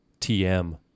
TM